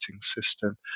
system